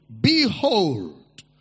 Behold